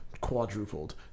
quadrupled